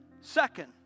second